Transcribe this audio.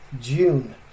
June